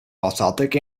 basaltic